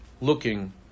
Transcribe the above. looking